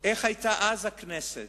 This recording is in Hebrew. איך היתה אז הכנסת,